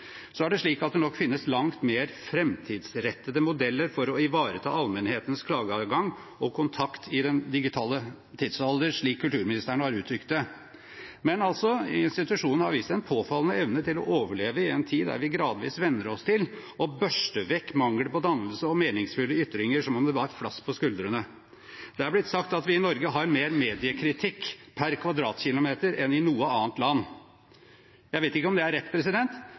Det finnes nok «langt mer fremtidsrettede modeller for å ivareta allmennhetens klageadgang og kontakt i denne digitale tidsalder», slik kulturministeren har uttrykt det, men institusjonen har vist en påfallende evne til å overleve i en tid der vi gradvis venner oss til å børste vekk mangel på dannelse og meningsfulle ytringer som om det var flass på skuldrene. Det er blitt sagt at vi i Norge har mer mediekritikk per kvadratkilometer enn i noe annet land. Jeg vet ikke om det er rett,